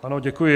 Ano, děkuji.